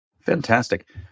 Fantastic